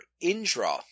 Indra